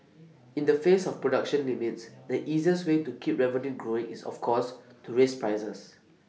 in the face of production limits the easiest way to keep revenue growing is of course to raise prices